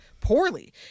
poorly